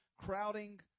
crowding